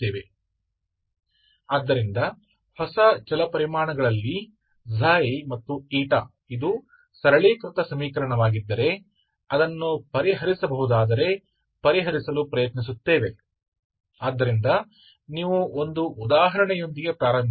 तो नए चर ξ और η में समीकरण में ताकि यदि यह सरलीकृत समीकरण है यदि यह हल करने योग्य है तो हल करने का प्रयास करेगा इसलिए यह वही होगा आप एक उदाहरण से शुरू करते हैं